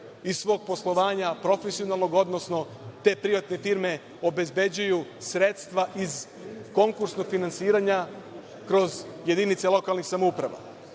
iz svog poslovanja profesionalnog, odnosno te privatne firme obezbeđuju sredstva iz konkursnog finansiranja kroz jedinice lokalnih samouprava. Po